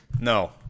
No